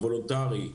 הוולונטרי,